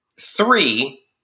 Three